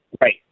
Right